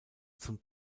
zum